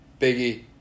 Biggie